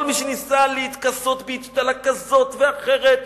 כל מי שניסה להתכסות באצטלה כזאת ואחרת,